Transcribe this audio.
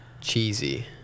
cheesy